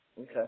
Okay